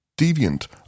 Deviant